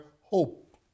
hope